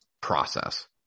process